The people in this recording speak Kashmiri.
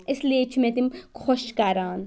اسلیے چھِ مےٚ تِم خۄش کَران